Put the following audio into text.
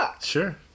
Sure